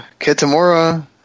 kitamura